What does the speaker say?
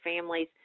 families